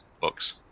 books